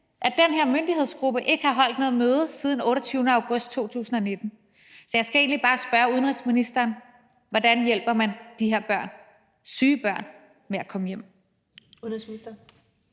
at den her myndighedsgruppe ikke har holdt noget møde siden den 28. august 2019. Så jeg skal egentlig bare spørge udenrigsministeren: Hvordan hjælper man de her børn, de her syge børn, med at komme hjem?